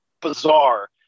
bizarre